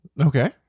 Okay